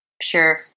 pure